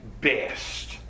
best